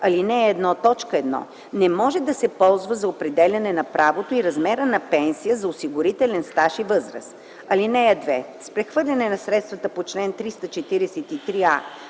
ал. 1, т. 1, не може да се ползва за определяне на правото и размера на пенсия за осигурителен стаж и възраст. (2) С прехвърлянето на средствата по чл. 343а,